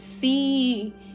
see